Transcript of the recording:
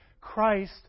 Christ